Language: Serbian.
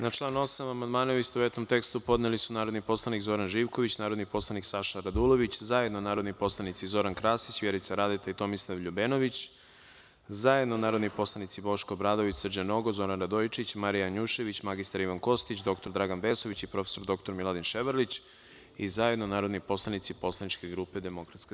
Na član 8. amandmane u istovetnom tekstu podneli su narodni poslanik Zoran Živković, narodni poslanik Saša Radulović, zajedno narodni poslanici Zoran Krasić, Vjerica Radeta i Tomislav LJubenović, zajedno narodni poslanici Boško Obradović, Srđan Nogo, Zoran Radojičić, Marija Janjušević, mr Ivan Kostić, dr Dragan Vesović i prof. dr Miladin Ševarlić i zajedno narodni poslanici poslaničke grupe DS.